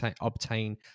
obtain